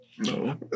No